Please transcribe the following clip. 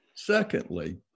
Secondly